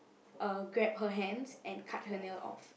uh grab her hands and cut her nail off